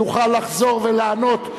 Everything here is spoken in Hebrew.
יוכל לחזור ולענות,